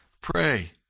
Pray